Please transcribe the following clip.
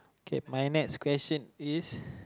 K my next question is